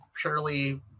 purely